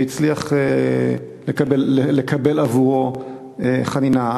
והוא הצליח לקבל עבורו חנינה,